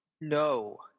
No